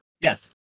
Yes